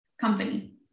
company